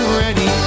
ready